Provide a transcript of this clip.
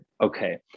Okay